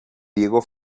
diego